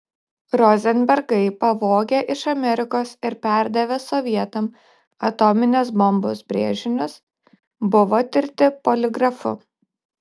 rozenbergai pavogę iš amerikos ir perdavę sovietam atominės bombos brėžinius buvo tirti poligrafu